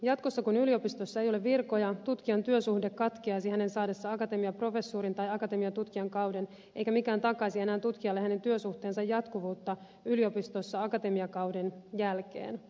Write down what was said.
jatkossa kun yliopistossa ei ole virkoja tutkijan työsuhde katkeaisi hänen saadessaan akatemiaprofessuurin tai akatemiatutkijankauden eikä mikään takaisi enää tutkijalle hänen työsuhteensa jatkuvuutta yliopistossa akatemiakauden jälkeen